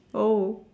oh